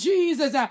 Jesus